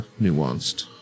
nuanced